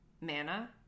mana